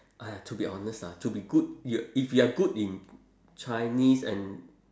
!aiya! to be honest ah to be good you if you are good in chinese and